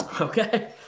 okay